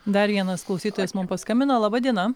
dar vienas klausytojas mum paskambino laba diena